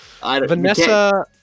Vanessa